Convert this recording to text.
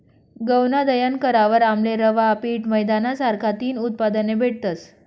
गऊनं दयन करावर आमले रवा, पीठ, मैदाना सारखा तीन उत्पादने भेटतस